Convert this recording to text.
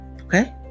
Okay